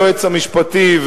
היועץ המשפטי,